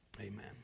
Amen